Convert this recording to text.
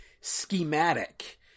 schematic